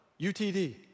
UTD